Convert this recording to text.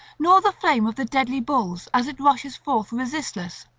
nor the flame of the deadly bulls as it rushes forth resistless.